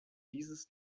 dieses